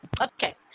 Okay